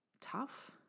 tough